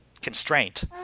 constraint